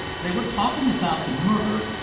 they were talking about the murder,